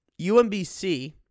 UMBC